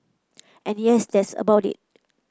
and yes that's about it